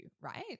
right